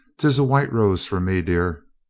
tis a white rose for me, dear.